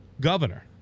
governor